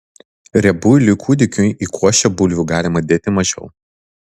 riebuiliui kūdikiui į košę bulvių galima dėti mažiau